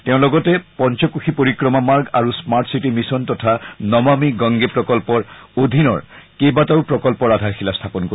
তেওঁ লগতে পঞ্চকোশি পৰিক্ৰমা মাৰ্গ আৰু স্মাৰ্ট চিটী মিছন তথা নমামী গংগে প্ৰকল্পৰ অধীনৰ কেইবাটাও প্ৰকল্পৰ আধাৰশিলা স্থাপন কৰিব